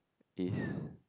is